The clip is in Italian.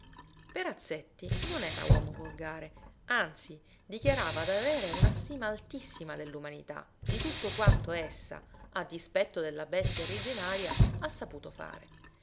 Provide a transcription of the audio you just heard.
perazzetti non era uomo volgare anzi dichiarava d'avere una stima altissima dell'umanità di tutto quanto essa a dispetto della bestia originaria ha saputo fare